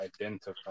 identify